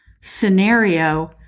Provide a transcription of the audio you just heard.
scenario